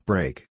Break